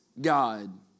God